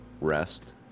rest